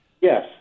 Yes